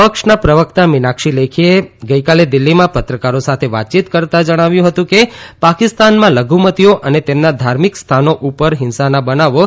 પક્ષના પ્રવક્તા મિનાક્ષી લેખીએ આજે દિલ્હીમાં પત્રકારો સાથે વાતચીત કરતાં જણાવ્યું હતું કે પાકિસ્તાનમાં લધુમતીઓ અને તેમના ધાર્મિક સ્થાનો ઉપર હિંસાના બનાવો સતત બને છે